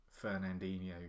Fernandinho